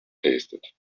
tasted